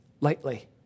lightly